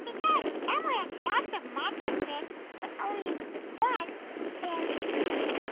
um elmo has lots of monster friends but only one fairy friend.